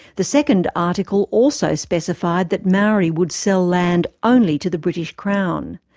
the second article also specified that maori would sell land only to the british crown.